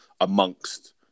amongst